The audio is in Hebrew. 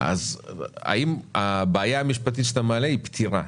האם הבעיה המשפטית שאתה מעלה היא פתירה.